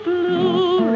Blue